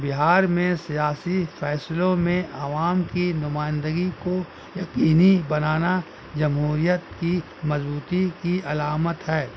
بہار میں سیاسی فیصلوں میں عوام کی نمائندگی کو یقینی بنانا جمہوریت کی مضبوطی کی علامت ہے